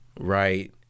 right